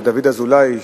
דוד אזולאי,